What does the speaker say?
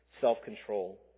self-control